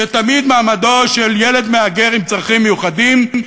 יהיה תמיד מעמדו של ילד מהגר עם צרכים מיוחדים,